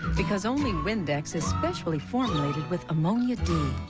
because only windex is specially formulated with ammonia d.